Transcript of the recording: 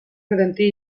garantir